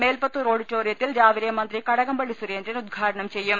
മേൽപ്പത്തൂർ ഓഡിറ്റോറിയത്തിൽ രാവിലെ മന്ത്രി കടകംപള്ളി സുരേന്ദ്രൻ ഉദ്ഘാടനം ചെയ്യും